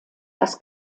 das